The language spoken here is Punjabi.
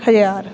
ਹਜ਼ਾਰ